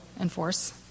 enforce